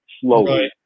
slowly